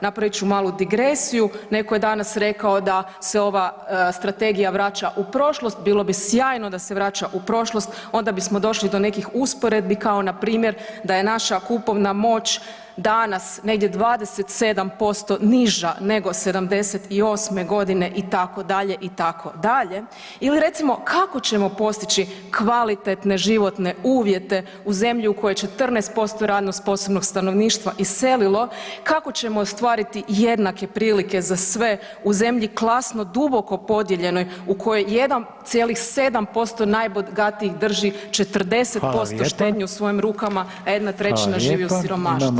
Napravit ću malu digresiju, neko je danas rekao da se ova strategija vraća u prošlost, bilo bi sjajno da se vraća u prošlost, onda bismo došli do nekih usporedbi kao npr. da je naša kupovna moć danas negdje 27% niža nego '78. g. itd., itd. ili recimo kako ćemo postići kvalitetne životne uvjete u zemlji u kojoj je 14% radno sposobnog stanovništva iselilo, kako ćemo ostvariti jednake prilike za sve u zemlji klasno duboko podijeljenoj u kojoj 1,7% najbogatijih drži 40% štednje u svojim rukama a 1/3 živi u siromaštvu?